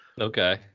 Okay